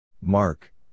Mark